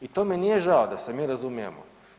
I to mi nije žao da se mi razumijemo.